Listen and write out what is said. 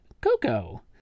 Coco